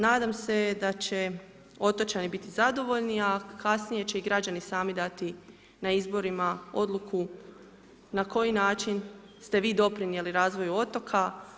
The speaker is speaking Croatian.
Nadam se da će otočani biti zadovoljni, a kasnije će i građani sami dati na izborima odluku na koji način ste vi doprinjeli razvoju otoka.